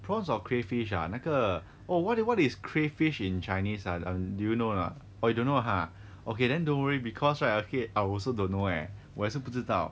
prawns or crayfish ah 那个 oh what is what is crayfish in chinese do you know lah orh you don't know ha okay then don't worry because right okay I also don't know eh 我也是不知道